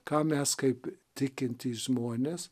ką mes kaip tikintys žmonės